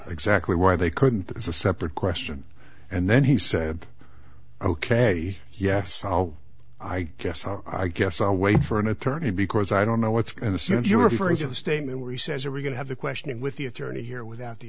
exactly why they couldn't there's a separate question and then he said ok yes i guess i guess i'll wait for an attorney because i don't know what's in the sense you're referring to the statement where he says are we going to have the questioning with the attorney here without the